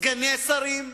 סגני שרים,